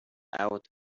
out